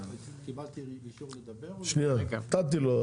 אמרתי את זה מקודם, אנחנו חשבנו שלא,